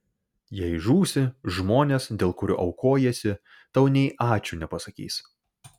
jei žūsi žmonės dėl kurių aukojiesi tau nė ačiū nepasakys